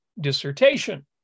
dissertation